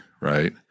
right